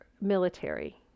military